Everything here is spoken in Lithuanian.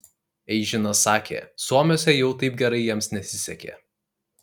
eižinas sakė suomiuose jau taip gerai jiems nesisekė